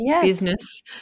business